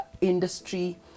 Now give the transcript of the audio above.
industry